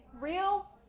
real